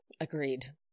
Agreed